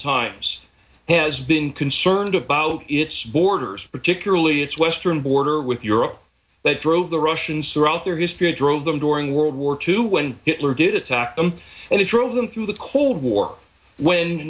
times has been concerned about its borders particularly its western border with europe that drove the russians throughout their history it drove them during world war two when it did attack them and it drove them through the cold war when